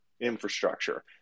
infrastructure